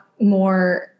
more